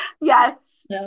Yes